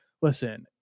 listen